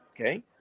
Okay